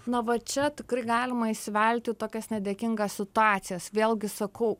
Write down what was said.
na va čia tikrai galima įsivelt į tokias nedėkingas situacijas vėlgi sakau